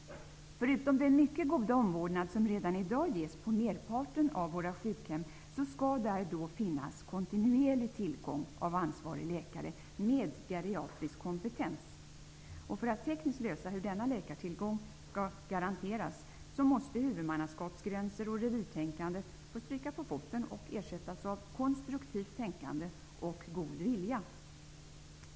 Förutom den mycket goda omvårdnad som redan i dag ges på merparten av våra sjukhem skall där då finnas kontinuerlig tillgång till ansvarig läkare med geriatrisk kompetens. För att det skall bli tekniskt möjligt att garantera denna läkartillgång måste huvudmannaskapsgränser och revirtänkande få stryka på foten och ersättas av konstruktivt tänkande och god vilja.